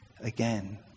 again